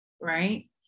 right